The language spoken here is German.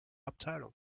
abteilung